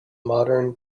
modern